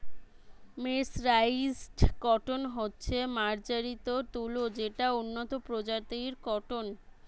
mercerised cotton হচ্ছে মার্জারিত তুলো যেটা উন্নত প্রজাতির কট্টন